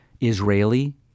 Israeli